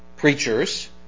preachers